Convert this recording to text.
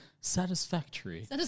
satisfactory